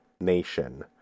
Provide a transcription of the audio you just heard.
nation